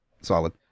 Solid